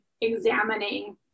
examining